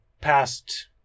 past